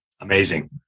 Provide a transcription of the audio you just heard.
Amazing